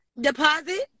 Deposit